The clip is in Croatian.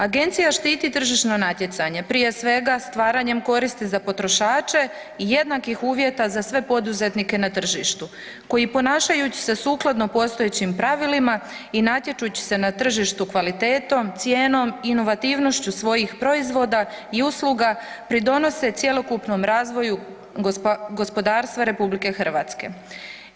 Agencija štiti tržišno natjecanja prije svega stvaranjem koristi za potrošače i jednakih uvjeta za sve poduzetnike na tržištu koji ponašajući se sukladno postojećim pravilima i natječući se na tržištu kvalitetom, cijenom, inovativnošću svojih proizvoda i usluga pridonose cjelokupnom razvoju gospodarstva Republike Hrvatske.